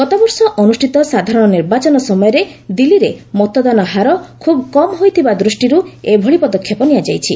ଗତବର୍ଷ ଅନୁଷ୍ଠିତ ସାଧାରଣ ନିର୍ବାଚନ ସମୟରେ ଦିଲ୍ଲୀରେ ମତଦାନ ହାର ଖୁବ୍ କମ୍ ହୋଇଥିବା ଦୃଷ୍ଟିରୁ ଏଭଳି ପଦକ୍ଷେପ ନିଆଯାଇଛି